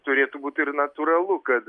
turėtų būt ir natūralu kad